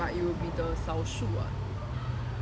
but it will be the 少数 [what]